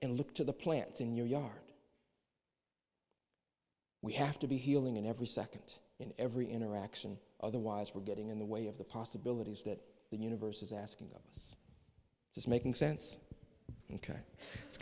and look to the plants in your yard we have to be healing in every second in every interaction otherwise we're getting in the way of the possibilities that the universe is asking of us is making sense into it's